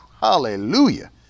Hallelujah